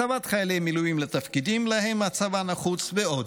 הסבת חיילי מילואים לתפקידים שלהם הצבא זקוק ועוד.